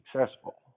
successful